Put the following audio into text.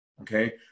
okay